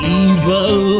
evil